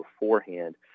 beforehand